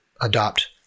adopt